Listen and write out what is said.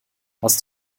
hast